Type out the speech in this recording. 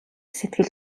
сэтгэл